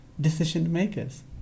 decision-makers